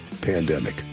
pandemic